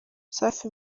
safi